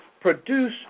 produce